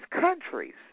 countries